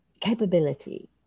capability